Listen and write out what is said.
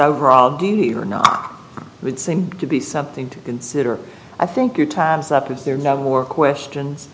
overall d d or not would seem to be something to consider i think your time's up is there not more questions